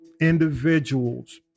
individuals